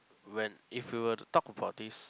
when if we were to talk about this